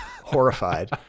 horrified